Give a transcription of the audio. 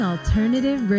Alternative